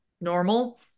normal